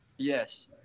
Yes